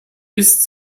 ist